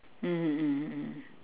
mmhmm mmhmm mmhmm